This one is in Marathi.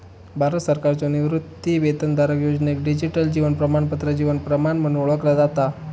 भारत सरकारच्यो निवृत्तीवेतनधारक योजनेक डिजिटल जीवन प्रमाणपत्र जीवन प्रमाण म्हणून ओळखला जाता